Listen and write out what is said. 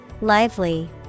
Lively